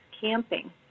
camping